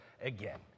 again